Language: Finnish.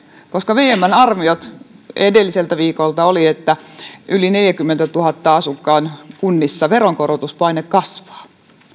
koska vmn arviot edelliseltä viikolta olivat että yli neljäänkymmeneentuhanteen asukkaan kunnissa veronkorotuspaine kasvaa